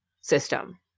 system